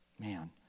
Man